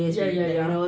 ya ya ya